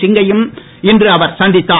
சிங்கையும் இன்று அவர் சந்தித்தார்